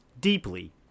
deeply